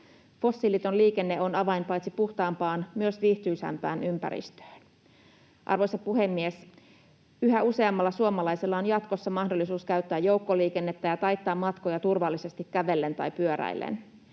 Fossiiliton liikenne on avain paitsi puhtaampaan myös viihtyisämpään ympäristöön. Arvoisa puhemies! Yhä useammalla suomalaisella on jatkossa mahdollisuus käyttää joukkoliikennettä ja taittaa matkoja turvallisesti kävellen tai pyöräillen.